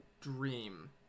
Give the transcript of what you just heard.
dream